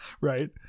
right